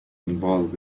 involved